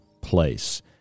place